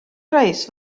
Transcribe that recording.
price